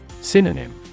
Synonym